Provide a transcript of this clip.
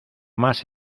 más